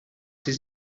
his